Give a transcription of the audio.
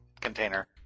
container